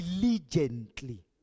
diligently